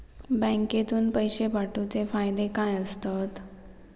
बँकेतून पैशे पाठवूचे फायदे काय असतत?